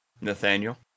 Nathaniel